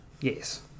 Yes